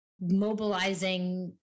mobilizing